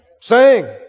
Sing